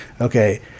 Okay